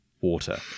water